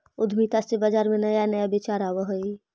उद्यमिता से बाजार में नया नया विचार आवऽ हइ